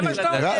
זה מה שאתה אומר.